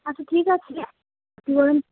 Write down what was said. আচ্ছা ঠিক আছে আপনি বরং